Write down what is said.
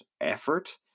effort